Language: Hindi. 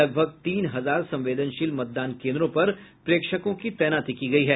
लगभग तीन हजार संवेदनशील मतदान केन्द्रों पर प्रेक्षकों की तैनाती की गयी है